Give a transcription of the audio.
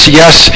yes